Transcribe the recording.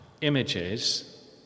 images